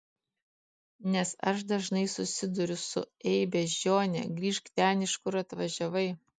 nes aš dažnai susiduriu su ei beždžione grįžk ten iš kur atvažiavai